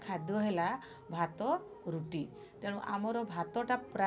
ଖାଦ୍ୟ ହେଲା ଭାତ ରୁଟି ତେଣୁ ଭାତଟା ପ୍ରାୟେ ଆମର